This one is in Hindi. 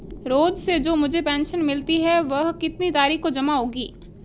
रोज़ से जो मुझे पेंशन मिलती है वह कितनी तारीख को जमा होगी?